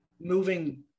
moving